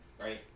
right